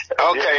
Okay